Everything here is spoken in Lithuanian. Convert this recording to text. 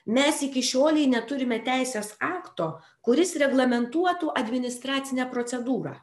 mes iki šiolei neturime teisės akto kuris reglamentuotų administracinę procedūrą